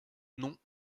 non